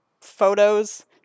photos